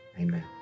Amen